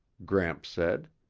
gramps said.